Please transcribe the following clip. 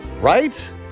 Right